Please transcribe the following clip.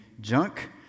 Junk